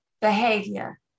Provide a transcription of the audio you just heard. behavior